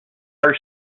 are